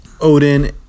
Odin